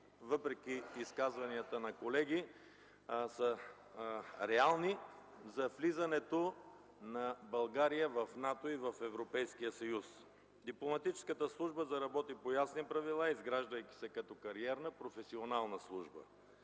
въпреки изказванията на колеги, са реални за влизането на България в НАТО и в Европейския съюз. Дипломатическата служба заработи по ясни правила, изграждайки се като кариерна, професионална служба.